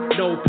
no